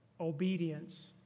obedience